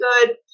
good